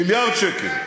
מיליארד שקל.